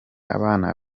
abana